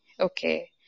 okay